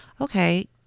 okay